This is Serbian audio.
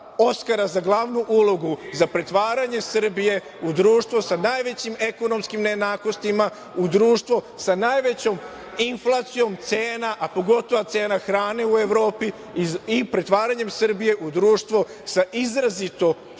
za glavnu ulogu za pretvaranje Srbije u društvo sa najvećim ekonomskim nejednakostima, u društvo sa najvećom inflacijom cena, a pogotovo cena hrane u Evropi i pretvaranjem Srbije u društvo sa izrazito skupim